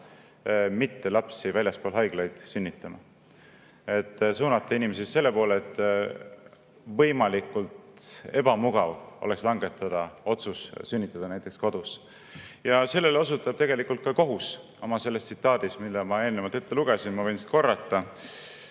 suunata lapsi väljaspool haiglaid mitte sünnitama, suunata inimesi selle poole, et võimalikult ebamugav oleks langetada otsus sünnitada näiteks kodus. Sellele osutab tegelikult ka kohus oma tsitaadis, mille ma eelnevalt ette lugesin. Ma võin seda korrata.